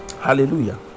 Hallelujah